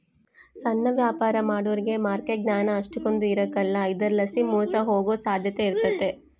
ಸಣ್ಣ ವ್ಯಾಪಾರ ಮಾಡೋರಿಗೆ ಮಾರ್ಕೆಟ್ ಜ್ಞಾನ ಅಷ್ಟಕೊಂದ್ ಇರಕಲ್ಲ ಇದರಲಾಸಿ ಮೋಸ ಹೋಗೋ ಸಾಧ್ಯತೆ ಇರ್ತತೆ